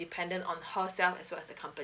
depending on herself as well as the company